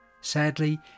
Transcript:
Sadly